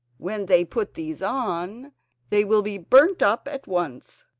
when they put these on they will be burnt up at once.